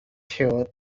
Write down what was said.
sure